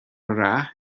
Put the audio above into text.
rath